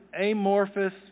amorphous